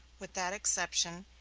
with that exception,